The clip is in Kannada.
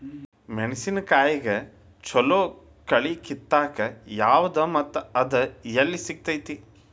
ಮೆಣಸಿನಕಾಯಿಗ ಛಲೋ ಕಳಿ ಕಿತ್ತಾಕ್ ಯಾವ್ದು ಮತ್ತ ಅದ ಎಲ್ಲಿ ಸಿಗ್ತೆತಿ?